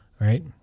Right